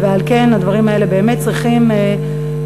ועל כן הדברים האלה באמת צריכים לקבל